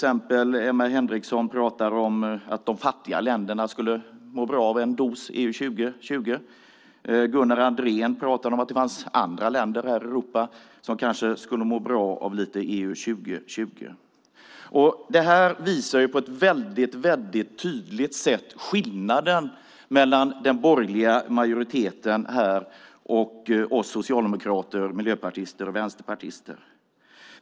Emma Henriksson talade om att de fattiga länderna skulle må bra av en dos EU 2020. Gunnar Andrén pratade om att det fanns andra länder här i Europa som kanske skulle må bra av lite EU 2020. Detta visar på ett tydligt sätt skillnaden mellan den borgerliga majoriteten och oss socialdemokrater, miljöpartister och vänsterpartister.